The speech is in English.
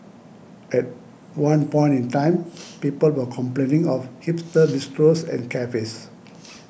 at one point in time people were complaining of hipster bistros and cafes